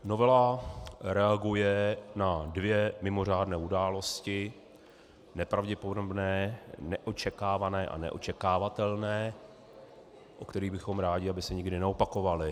Novela reaguje na dvě mimořádné události, nepravděpodobné, neočekávané a neočekávatelné, u kterých bychom rádi, aby se nikdy neopakovaly.